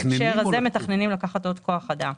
בהקשר הזה מתכננים עוד כוח אדם.